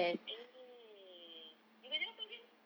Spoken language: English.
eh you kerja apa again